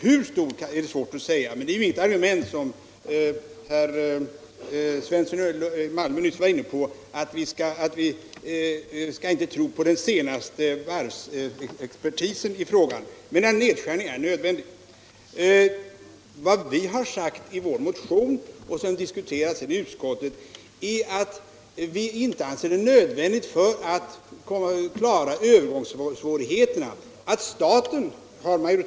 Hur stor nedskärningen bör vara är svårt att säga, men det som herr Svensson i Malmö var inne på, nämligen att vi inte skall tro på vad varvsexpertisen senast sagt i frågan, är ju inget argument. Vad vi har anfört i vår motion och som sedan har diskuterats i utskottet är att vi inte anser det nödvändigt att staten för att klara övergångssvårigheterna har majoritet i varven.